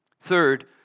Third